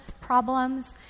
problems